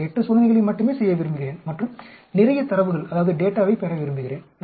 நான் 8 சோதனைகளை மட்டுமே செய்ய விரும்புகிறேன் மற்றும் நிறைய தரவுகளைப் பெற விரும்புகிறேன்